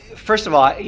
first of all,